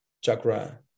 chakra